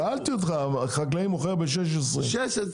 6.20